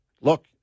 look